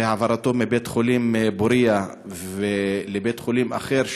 ובהעברתו מבית-חולים פוריה לבית-חולים אחר,